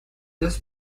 this